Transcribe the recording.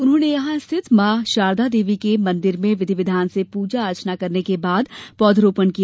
उन्होंने यहां स्थित मां शारदा के मंदिर में विधिविधान से पूजा अर्चना करने के बाद पौधारोपण किया